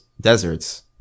deserts